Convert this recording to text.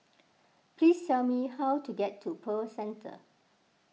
please tell me how to get to Pearl Centre